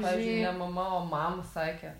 pavyzdžiui ne mama o mama sakė